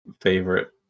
favorite